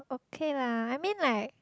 okay lah I mean like